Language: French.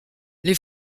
les